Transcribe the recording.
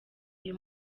uyu